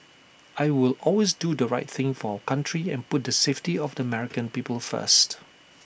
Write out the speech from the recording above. I will always do the right thing for our country and put the safety of the American people first